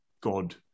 God